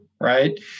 right